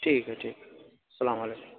ٹھیک ہے ٹھیک ہے سلام علیکم